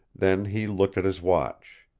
then he looked at his watch.